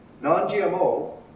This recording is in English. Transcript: Non-GMO